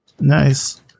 nice